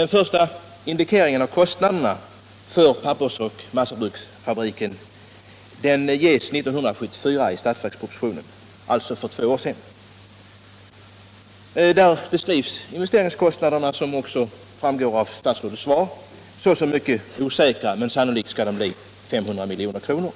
Den första indikeringen beträffande kostnaderna för massaoch pappersfabriken gavs 1974 i statsverkspropostionen, alltså för två år sedan. Där beskrivs investeringskostnaderna, vilket också framgår av statsrådets svar, såsom mycket osäkra men sannolikt uppgående till 500 milj.kr.